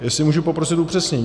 Jestli můžu poprosit upřesnění.